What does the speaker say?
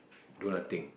do nothing